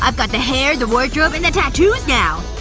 um got the hair, the wardrobe, and the tattoos now!